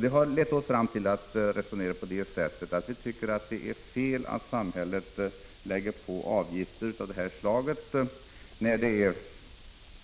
Det har lett oss fram till vår uppfattning, att det är fel att samhället lägger på avgifter av det här slaget när det är